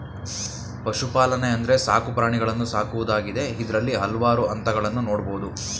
ಪಶುಪಾಲನೆ ಅಂದ್ರೆ ಸಾಕು ಪ್ರಾಣಿಗಳನ್ನು ಸಾಕುವುದಾಗಿದೆ ಇದ್ರಲ್ಲಿ ಹಲ್ವಾರು ಹಂತಗಳನ್ನ ನೋಡ್ಬೋದು